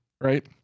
right